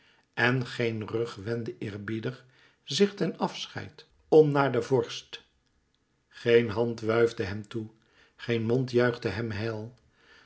en geen rug wendde eerbiedig zich ten afscheid om naar den vorst geen hand wuifde hem toe geen mond juichte hem heil